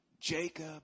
Jacob